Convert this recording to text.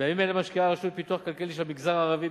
בימים אלה משקיעה הרשות לפיתוח כלכלי של המגזר הערבי,